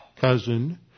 cousin